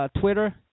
Twitter